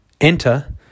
Enter